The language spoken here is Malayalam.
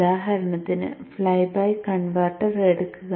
ഉദാഹരണത്തിന് ഫ്ലൈബാക്ക് കൺവെർട്ടർ എടുക്കുക